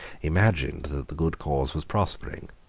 imagined that the good cause was prospering.